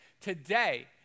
today